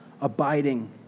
abiding